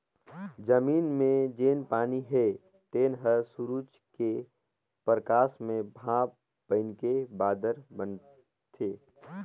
जमीन मे जेन पानी हे तेन हर सुरूज के परकास मे भांप बइनके बादर बनाथे